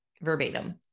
verbatim